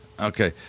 Okay